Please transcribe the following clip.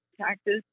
taxes